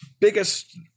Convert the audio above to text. biggest